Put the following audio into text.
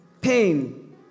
pain